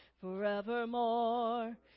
forevermore